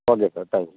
okay sir thank you sir